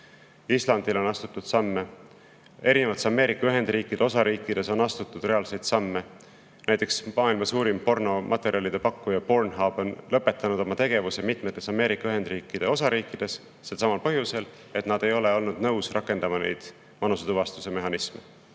Islandil on astutud samme. Erinevates Ameerika Ühendriikide osariikides on astutud reaalseid samme. Näiteks maailma suurim pornomaterjalide pakkuja Pornhub on lõpetanud tegevuse mitmetes Ameerika Ühendriikide osariikides selsamal põhjusel, et ta ei ole olnud nõus rakendama vanusetuvastuse mehhanisme.